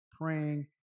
praying